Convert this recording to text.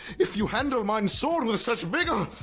if you handle myne sword with such vigor!